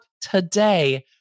today